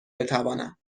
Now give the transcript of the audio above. بتوانم